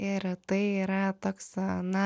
ir tai yra toks na